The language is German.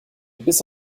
bis